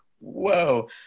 whoa